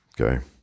Okay